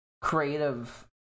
Creative